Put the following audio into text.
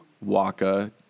Waka